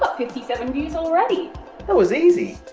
fifty seven views already. that was easy.